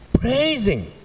praising